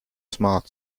smart